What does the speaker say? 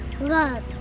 Love